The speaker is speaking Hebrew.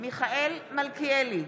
מיכאל מלכיאלי,